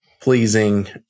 pleasing